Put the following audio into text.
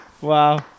Wow